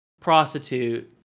prostitute